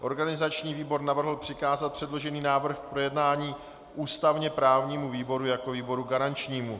Organizační výbor navrhl přikázat předložený návrh k projednání ústavněprávnímu výboru jako výboru garančnímu.